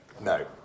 no